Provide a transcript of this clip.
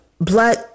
blood